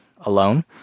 alone